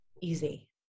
easy